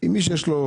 על מי הוא חל?